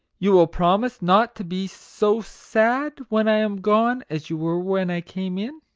you will promise not to be so sad when i am gone as you were when i came in.